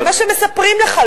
זה מה שמספרים לך.